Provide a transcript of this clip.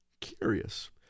Curious